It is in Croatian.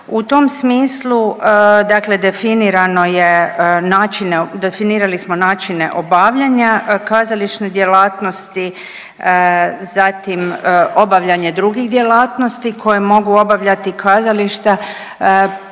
je načine, definirali smo načine obavljanja kazališne djelatnosti, zatim obavljanje drugih djelatnosti koje mogu obavljati kazališta,